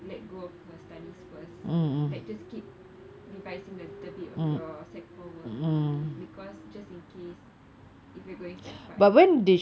let go of her studies first like just keep revising a little bit of your secondary four work because just in case if you you're going secondary five